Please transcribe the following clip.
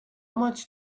much